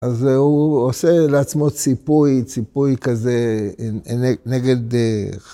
‫אז הוא עושה לעצמו ציפוי, ‫ציפוי כזה נגד...